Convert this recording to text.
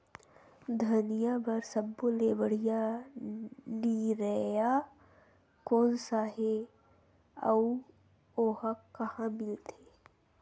धनिया बर सब्बो ले बढ़िया निरैया कोन सा हे आऊ ओहा कहां मिलथे?